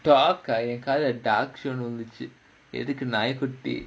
talk என் காதுல:en kadhula dogs shoe உளுந்துச்சு எதுக்கு நாய் குட்டி:ulunthuchu ethukku naai kutti